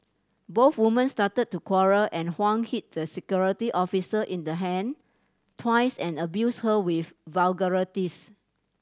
both woman started to quarrel and Huang hit the security officer in the hand twice and abused her with vulgarities